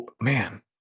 Man